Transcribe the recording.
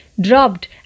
dropped